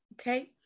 okay